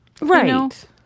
right